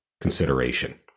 consideration